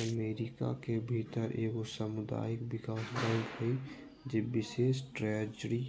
America के भीतर एगो सामुदायिक विकास बैंक हइ जे बिशेष ट्रेजरी